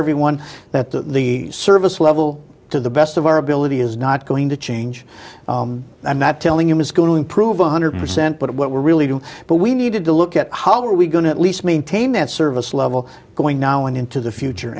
everyone that the service level to the best of our ability is not going to change i'm not telling him it's going to improve one hundred percent but what we're really do but we needed to look at how were we going to at least maintain that service level going now and into the future